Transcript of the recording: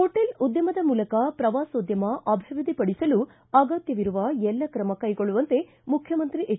hotel ಉದ್ಯಮದ ಮೂಲಕ ಪ್ರವಾಸೋದ್ಯಮ ಅಭಿವೃದ್ಧಿಪಡಿಸಲು ಅಗತ್ಯವಿರುವ ಎಲ್ಲ ಕ್ರಮ ಕ್ಕೆಗೊಳ್ಳುವಂತೆ ಮುಖ್ಯಮಂತ್ರಿ ಎಚ್